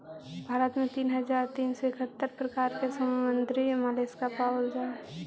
भारत में तीन हज़ार तीन सौ इकहत्तर प्रकार के समुद्री मोलस्का पाबल जा हई